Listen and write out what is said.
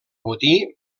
botí